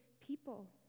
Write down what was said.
people